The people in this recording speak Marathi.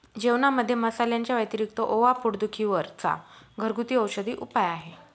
जेवणामध्ये मसाल्यांच्या व्यतिरिक्त ओवा पोट दुखी वर चा घरगुती औषधी उपाय आहे